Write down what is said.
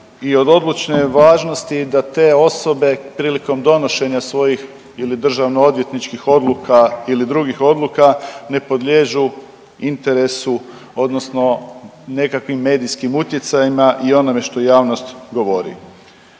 i od odlučne je važnosti da te osobe prilikom donošenja svojih ili državno odvjetničkih odluka ili drugih odluka ne podliježu interesu odnosno nekakvim medijskim utjecajima i onome što javnost govori